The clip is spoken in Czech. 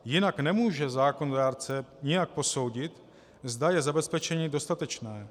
Jinak nemůže zákonodárce nijak posoudit, zda je zabezpečení dostatečné.